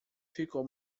ficou